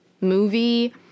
movie